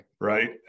Right